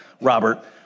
Robert